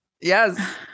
yes